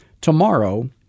tomorrow